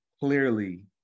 clearly